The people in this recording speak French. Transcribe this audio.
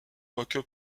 quoique